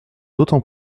d’autant